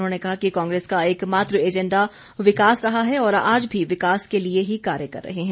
उन्होंने कहा कि कांग्रेस का एक मात्र एंजेडा विकास का रहा है और आज भी विकास के लिए ही कार्य कर रहे हैं